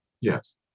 Yes